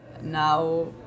now